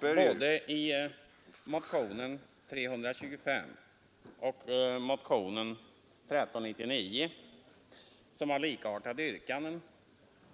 Både motionen 325 och motionen 1399, som har likartade yrkanden,